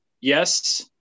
Yes